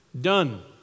done